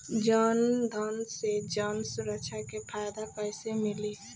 जनधन से जन सुरक्षा के फायदा कैसे मिली?